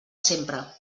sempre